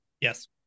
Yes